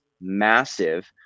massive